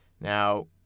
Now